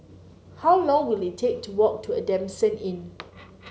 how long will it take to walk to Adamson Inn